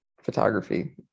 photography